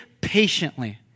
patiently